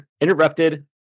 interrupted